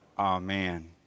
Amen